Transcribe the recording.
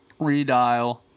Redial